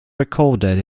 recorded